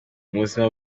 buzima